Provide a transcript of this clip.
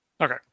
Okay